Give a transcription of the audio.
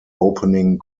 opening